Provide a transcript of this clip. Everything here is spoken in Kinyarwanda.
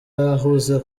ahuze